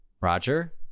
Roger